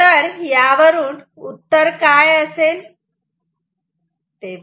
तर उत्तर काय असेल